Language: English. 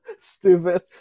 Stupid